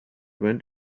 went